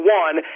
one